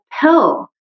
pill